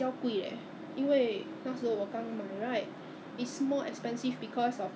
他真的是 you know it's like you have no choice right 你真的是要还那个 freight forwarding whatever amount they ask for you know